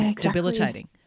debilitating